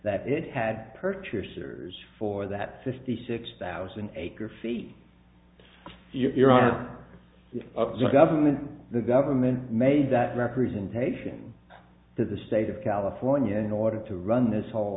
that it had purchasers for that fifty six thousand acre feet you're on the government the government made that representation to the state of california in order to run this whole